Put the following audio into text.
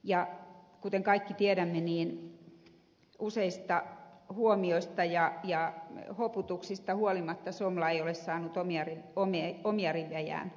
ja kuten kaikki tiedämme niin useista huomioista ja hoputuksista huolimatta somla ei ole saanut omia rivejään kuntoon